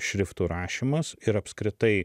šriftų rašymas ir apskritai